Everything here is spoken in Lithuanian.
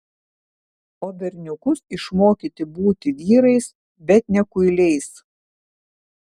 o berniukus išmokyti būti vyrais bet ne kuiliais